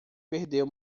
perdeu